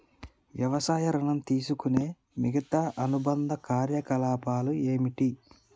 వ్యవసాయ ఋణం తీసుకునే మిగితా అనుబంధ కార్యకలాపాలు ఏమిటి?